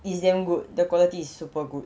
it's damn good the quality it's super good